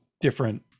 different